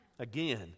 again